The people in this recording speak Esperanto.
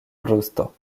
brusto